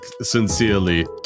sincerely